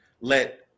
let